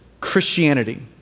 Christianity